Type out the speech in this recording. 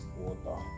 water